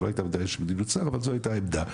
שלא הייתה איזושהי מדיניות שר אבל זו הייתה עמדה.